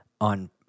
on